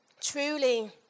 Truly